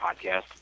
podcast